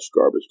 garbage